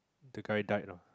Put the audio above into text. the guy died lah